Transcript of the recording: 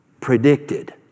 predicted